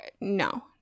No